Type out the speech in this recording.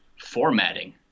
formatting